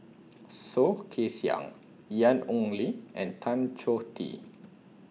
Soh Kay Siang Ian Ong Li and Tan Choh Tee